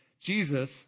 jesus